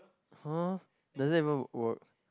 does that even work